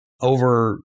over